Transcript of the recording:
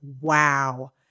wow